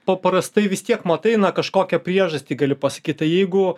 paprastai vis tiek matai na kažkokią priežastį gali pasakyt tai jeigu